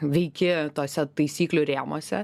veiki tuose taisyklių rėmuose